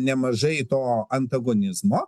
nemažai to antagonizmo